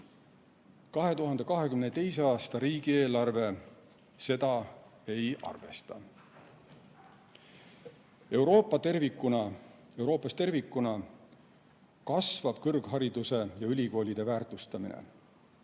2022. aasta riigieelarve seda ei arvesta. Euroopas tervikuna kasvab kõrghariduse ja ülikoolide väärtustamine.